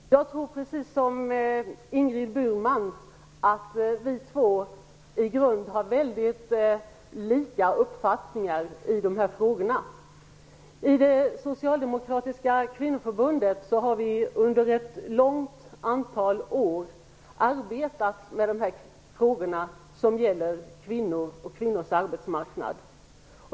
Herr talman! Jag tror precis som Ingegerd Burman att vi två i grund och botten har väldigt lika uppfattningar i de här frågorna. I det Socialdemokratiska kvinnoförbundet har vi under ett långt antal år arbetat med frågor som gäller kvinnor och kvinnors arbetsmarknad.